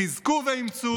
חזקו ואמצו.